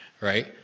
right